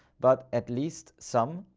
but at least some.